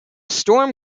storm